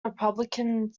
republican